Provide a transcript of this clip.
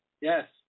Yes